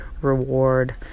reward